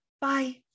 Bye